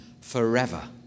forever